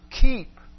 keep